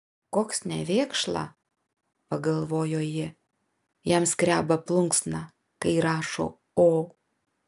koks nevėkšla pagalvojo ji jam skreba plunksna kai rašo o